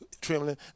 trembling